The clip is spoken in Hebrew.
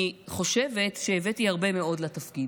אני חושבת שהבאתי הרבה מאוד לתפקיד: